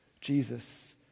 Jesus